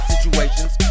situations